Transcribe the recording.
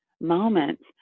moments